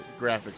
graphics